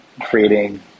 creating